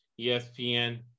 ESPN